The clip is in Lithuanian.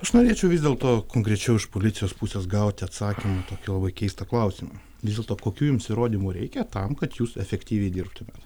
aš norėčiau vis dėl to konkrečiau iš policijos pusės gauti atsakymą į tokį labai keistą klausimą vis dėl to kokių jums įrodymų reikia tam kad jūs efektyviai dirbtumėt